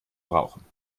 brauchen